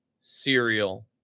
serial